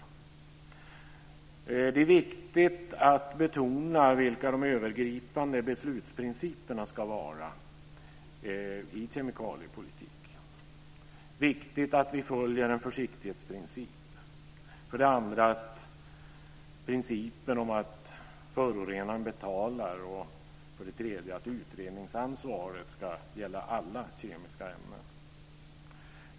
Det är för det första viktigt att betona vilka de övergripande beslutsprinciperna ska vara i kemikaliepolitiken, och det är viktigt att vi följer en försiktighetsprincip. För det andra är principen att förorenaren betalar viktig, och för det tredje är det viktigt att utredningsansvaret ska gälla alla kemiska ämnen.